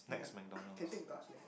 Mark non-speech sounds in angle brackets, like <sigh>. ya <noise> can take bus there